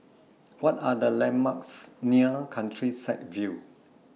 What Are The landmarks near Countryside View